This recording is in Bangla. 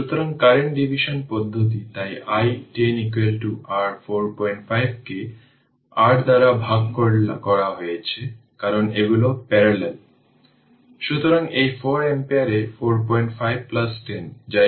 সুতরাং এখন যদি আপনি এটিকে ইন্টিগ্রেট করেন এটি হবে natural log i t I0 আসলে এটি ছোট I0 এবং ছোট I0 I0